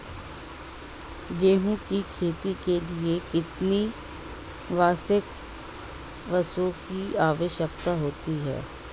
गेहूँ की खेती के लिए कितनी वार्षिक वर्षा की आवश्यकता होती है?